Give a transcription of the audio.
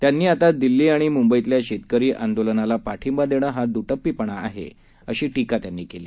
त्यांनीआतादिल्लीआणिमुंबईतल्याशेतकरीआंदोलनालापाठिंबादेणंहादूटप्पीपणाआहे अशीटीकात्यांनीकेली